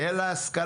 שאין לה השכלה.